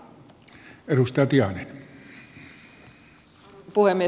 arvoisa puhemies